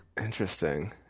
Interesting